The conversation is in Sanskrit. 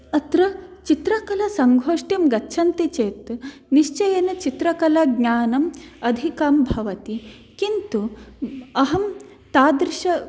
अत्र चित्रकलासंगोष्ठीं गच्छन्ति चेत् निश्चयेन चित्रकलाज्ञानम् अधिकं भवति किन्तु अहं तादृशः